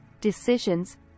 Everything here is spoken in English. decisions